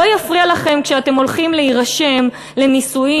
לא יפריע לכם שכשאתם הולכים להירשם לנישואין